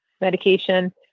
medication